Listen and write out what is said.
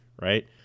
right